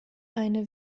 eine